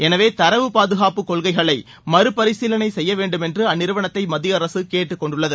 envoy தரவு பாதுகாப்பு கொள்கைளை மறு பரிசீலனை செய்ய வேண்டும் என்று அந்நிறுவனத்தை மத்திய அரசு கேட்டுக்கொண்டுள்ளது